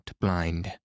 blind